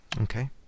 okay